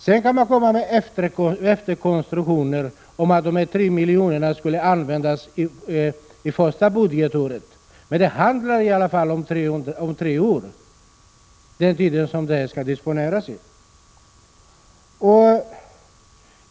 Sedan kan man komma med efterkonstruktioner om att de 300 miljonerna skulle användas det första budgetåret, men det handlar i alla fall om tre år.